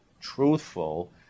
truthful